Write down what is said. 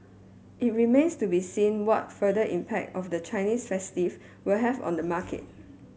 it remains to be seen what further impact of the Chinese will have on the market